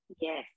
Yes